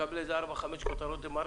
לקבל כותרות בעיתון,